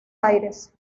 aires